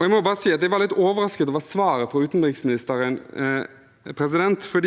jeg var litt overrasket over svaret fra utenriksministeren, for